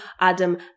Adam